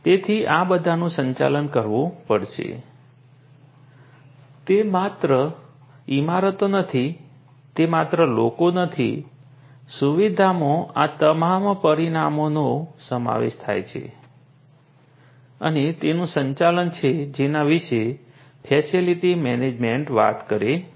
તેથી આ બધાનું સંચાલન કરવું પડશે તે માત્ર ઇમારતો નથી તે માત્ર લોકો નથી સુવિધામાં આ તમામ પરિમાણોનો સમાવેશ થાય છે અને તેનું સંચાલન છે જેના વિશે ફેસિલિટી મેનેજમેન્ટ વાત કરે છે